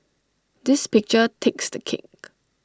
this picture takes the cake